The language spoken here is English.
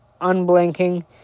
unblinking